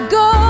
go